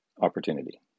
opportunity